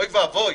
אוי ואבוי.